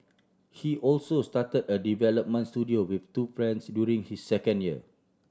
he also started a development studio with two friends during his second year